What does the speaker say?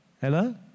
Hello